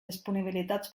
disponibilitats